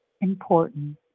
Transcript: important